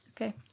Okay